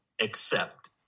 accept